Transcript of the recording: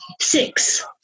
Six